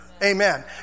Amen